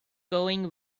going